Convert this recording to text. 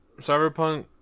Cyberpunk